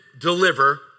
deliver